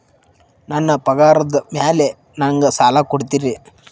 ನನ್ನ ಪಗಾರದ್ ಮೇಲೆ ನಂಗ ಸಾಲ ಕೊಡ್ತೇರಿ?